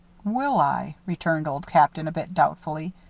will i? returned old captain, a bit doubtfully.